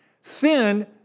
Sin